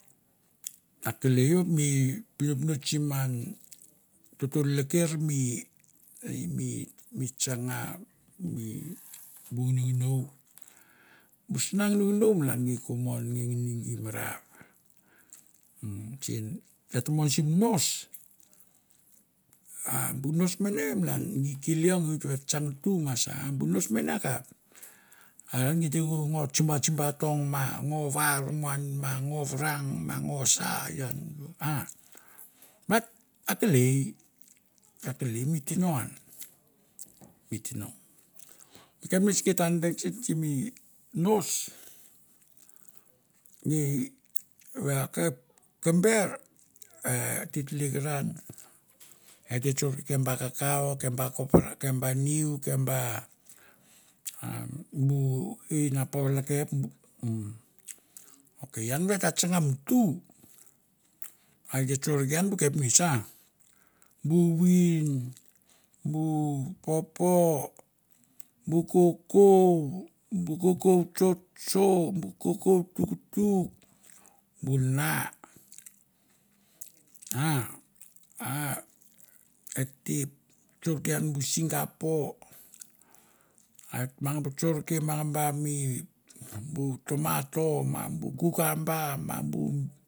Akelei mi pinopinots si man koto leker mi e i mi tsanga mi ngino nginou, bu sna nginonginou gi ko mi nge ngini gi i marar, umm sen va et mon sim nos a bu nos mene malan gi ki leong oit va gi ta tsang tu ma sa a bu nos mene akap are an gi te ko ngo tsumba tsumba tong ma ngo var na ngo varang, ma ngo sa ian a bat akelei akelei mi tino an, mi tino, bu kapnets git ta deng sen simi nos gi we akap kamber e te tlekeran ete tsorke ke ba kakau, keba copra, ke ba niu, kem ba bu ai na por lekep bu. Ok ian va eta tsang mi tu, a et te tsorke ian bu kapnets ah, bu vin bu popo bu kokou, bu kokou tso tso, bu kokou tuktuk bu na a a ete tsorke ian bu singapore, et mangba tsorke mangba mi bu tomato a bu kukamba ma bu.